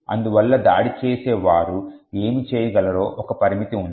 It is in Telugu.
అందువలన దాడి చేసేవారు ఏమి చేయగలరో ఒక పరిమితి ఉంది